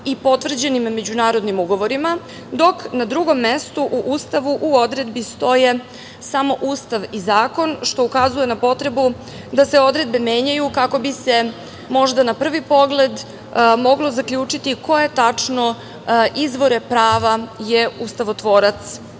i potvrđenim međunarodnim ugovorima, dok na drugom mestu u Ustavu u odredbi stoje samo Ustav i zakon, što ukazuje na potrebu da se odredbe menjaju kao bi se možda na prvi pogled moglo zaključiti koje tačno izvore prava je ustavotvorac